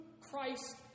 Christ